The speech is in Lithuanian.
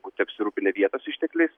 būti apsirūpinę vietos ištekliais